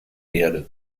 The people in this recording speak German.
erde